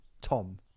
Tom